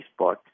Facebook